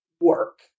work